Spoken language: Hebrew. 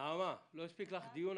נעמה, לא הספיק לך דיון?